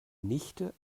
nichte